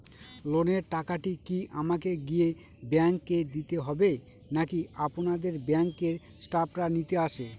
লোনের টাকাটি কি আমাকে গিয়ে ব্যাংক এ দিতে হবে নাকি আপনাদের ব্যাংক এর স্টাফরা নিতে আসে?